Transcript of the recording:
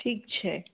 ઠીક છે